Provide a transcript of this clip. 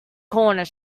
corner